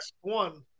one